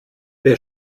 wer